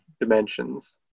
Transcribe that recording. dimensions